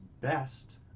best